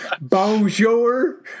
bonjour